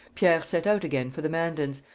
pierre set out again for the mandans,